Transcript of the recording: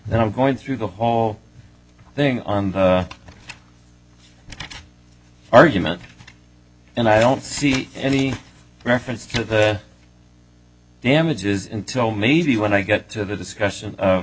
then i'm going through the whole thing on the argument and i don't see any reference to the damages in tow maybe when i get to the discussion of